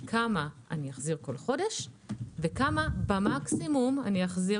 כמה אחזיר כל חודש וכמה במקסימום אחזיר